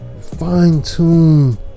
fine-tune